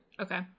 Okay